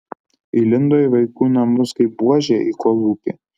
įlindo į vaikų namus kaip buožė į kolūkį